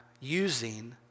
using